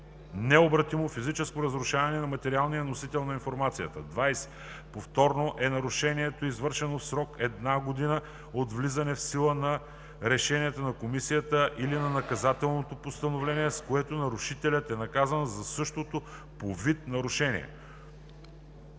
необратимо физическо разрушаване на материалния носител на информация. 20. „Повторно“ е нарушението, извършено в срок една година от влизането в сила на решението на комисията или на наказателното постановление, с което нарушителят е наказан за същото по вид нарушение.”